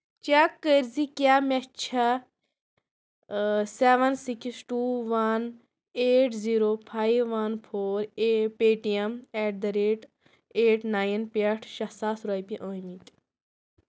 check کٔرۍزِ کیٛاہ مےٚ چھا seven six two one eight zero five one four a Paytm at the rate eight nine پٮ۪ٹھٕ شیٚے ساس رۄپیہِ آمٕتی